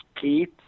Keith